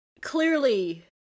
Clearly